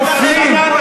נופלים,